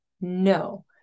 No